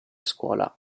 scuola